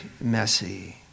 messy